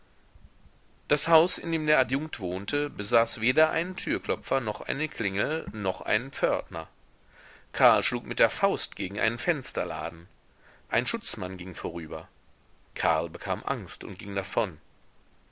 das haus in dem der adjunkt wohnte besaß weder einen türklopfer noch eine klingel noch einen pförtner karl schlug mit der faust gegen einen fensterladen ein schutzmann ging vorüber karl bekam angst und ging davon